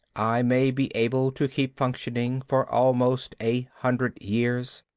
i may be able to keep functioning for almost a hundred years.